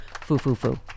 Foo-foo-foo